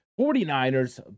49ers